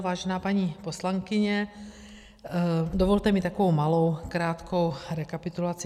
Vážená paní poslankyně, dovolte mi takovou malou krátkou rekapitulaci.